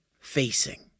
facing